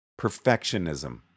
perfectionism